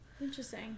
Interesting